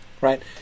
right